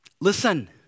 Listen